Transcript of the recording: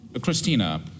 Christina